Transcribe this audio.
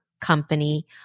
company